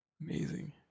Amazing